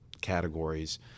categories